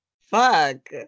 fuck